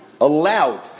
allowed